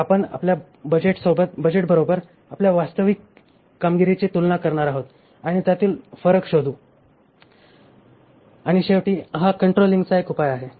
आपण आपल्या बजेटबरोबर आपल्या वास्तविक कामगिरीची तुलना करणार आहोत आणि त्यातील फरक शोधू आणि शेवटी हा कंट्रोलिंगचा एक उपाय आहे